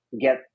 get